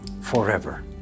forever